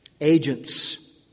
agents